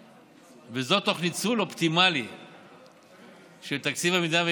וזאת תוך ניצול אופטימלי של תקציב המדינה,